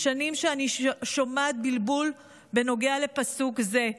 שנים שאני שומעת בלבול בנוגע לפסוק זה,